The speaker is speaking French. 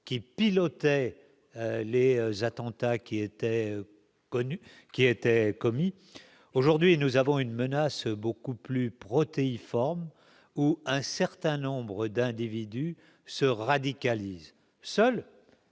qui pilotait les attentats qui était connu qui était commis, aujourd'hui nous avons une menace beaucoup plus protéiforme où un certain nombre d'individus se radicalise seul.